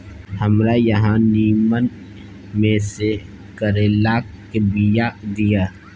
हमरा अहाँ नीमन में से करैलाक बीया दिय?